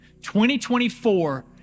2024